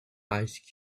ice